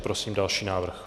Prosím další návrh.